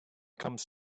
comes